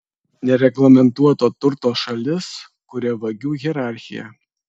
nereglamentuoto turto šalis kuria vagių hierarchiją